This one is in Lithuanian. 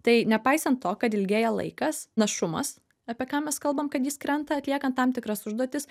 tai nepaisant to kad ilgėja laikas našumas apie ką mes kalbam kad jis krenta atliekant tam tikras užduotis